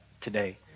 today